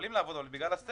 יכולים לעבוד אבל בגלל הסגר